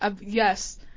Yes